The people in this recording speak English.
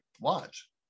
watch